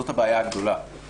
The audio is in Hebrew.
זאת הבעיה הגדולה.